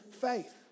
faith